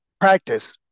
Practice